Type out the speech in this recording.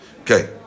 Okay